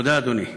תודה, אדוני.